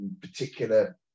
particular